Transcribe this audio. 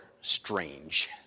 strange